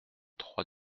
trois